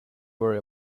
worry